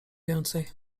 więcej